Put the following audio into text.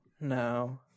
no